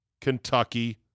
Kentucky